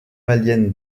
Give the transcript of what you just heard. malienne